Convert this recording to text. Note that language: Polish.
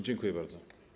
Dziękuję bardzo.